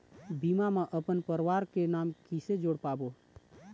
बीमा म अपन परवार के नाम किसे जोड़ पाबो?